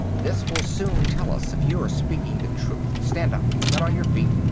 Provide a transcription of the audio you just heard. this will soon tell us if you're speaking the truth. stand up. get on your feet.